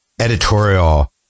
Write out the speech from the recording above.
editorial